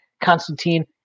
Constantine